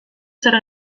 zer